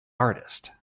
artist